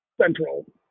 central